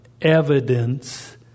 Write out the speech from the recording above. evidence